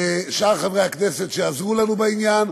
ושאר חברי הכנסת שעזרו לנו בעניין,